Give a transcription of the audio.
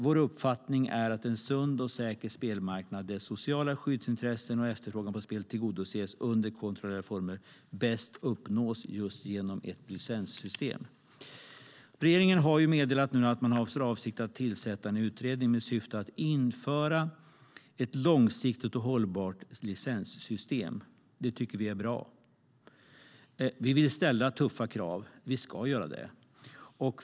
Vår uppfattning är att en sund och säker spelmarknad där sociala skyddsintressen och efterfrågan på spel tillgodoses under kontrollerade former bäst uppnås genom införande av ett licenssystem. Regeringen har meddelat att den har för avsikt att tillsätta en utredning med syfte att införa ett långsiktigt och hållbart licenssystem. Det tycker vi är bra. Vi vill och ska ställa tuffa krav.